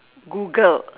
Googled